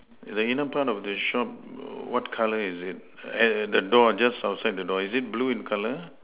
the inner part of the shop what colour is it eh the door just outside the door is it blue in colour